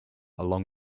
along